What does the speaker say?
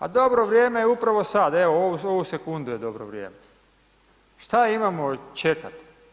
A dobro vrijeme je upravo sad, evo ovu sekundu je dobro vrijeme, šta imamo čekat.